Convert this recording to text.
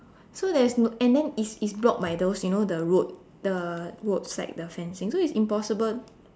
so there's no and then it's it's blocked by those you know by the road the road flag the fencing so it's impossible